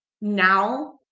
now